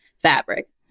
fabric